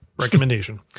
recommendation